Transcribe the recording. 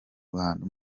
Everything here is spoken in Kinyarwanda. ruhando